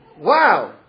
Wow